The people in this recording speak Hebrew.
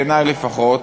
בעיני לפחות,